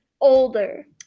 older